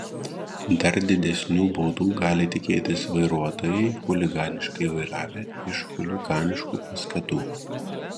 dar didesnių baudų gali tikėtis vairuotojai chuliganiškai vairavę iš chuliganiškų paskatų